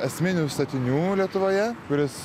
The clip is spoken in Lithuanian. esminių statinių lietuvoje kuris